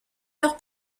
leur